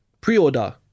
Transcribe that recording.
Pre-order